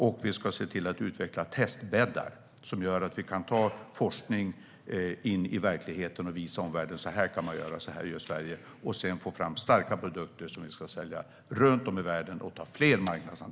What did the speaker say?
Vi ska också se till att utveckla testbäddar som gör att vi kan ta forskning in i verkligheten och visa omvärlden att så här kan man göra, så här gör Sverige, och sedan få fram starka produkter som vi ska sälja runt om i världen och ta fler marknadsandelar.